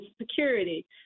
security